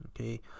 okay